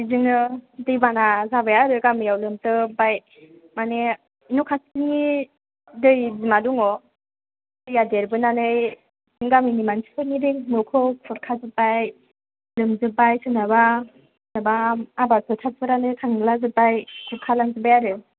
बिदिनो दैबाना जाबाय आरो गामियाव लोमजोबबाय माने न' खाथिनि दै बिमा दङ दैया देरबोनानै गामिनि मानसिफोरनि न'खौ खुरखा जोबबाय लोमजोबबाय सोरनाबा सोरनाबा आबाद फोथारानो थांलाजोबबाय खुरखा लांजोबबाय आरो